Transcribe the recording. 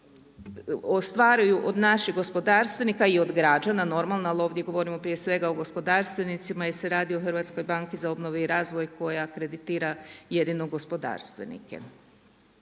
ostvaruju od naših gospodarstvenika i od građana normalno, ali ovdje govorimo prije svega o gospodarstvenicima jer se radi o HBOR-u koja kreditira jedino gospodarstvenike.